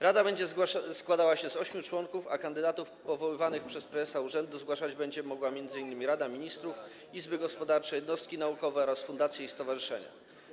Rada będzie składała się z ośmiu członków, a kandydatów powoływanych przez prezesa urzędu będą mogły zgłaszać m.in. Rada Ministrów, izby gospodarcze, jednostki naukowe oraz fundacje i stowarzyszenia.